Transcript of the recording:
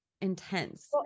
intense